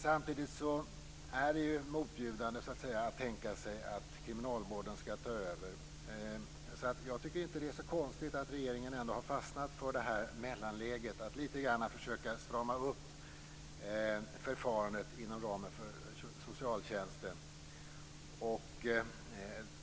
Samtidigt är det motbjudande att tänka sig att kriminalvården skall ta över. Jag tycker därför inte att det är så konstigt att regeringen har fastnat för detta mellanläge att försöka att strama upp förfarandet inom ramen för socialtjänsten.